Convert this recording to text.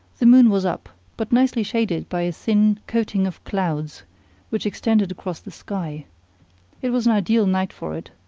the moon was up, but nicely shaded by a thin coating of clouds which extended across the sky it was an ideal night for it.